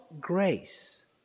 grace